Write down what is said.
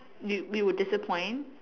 you we would disappoint